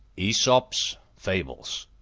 aesop's fables,